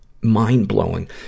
mind-blowing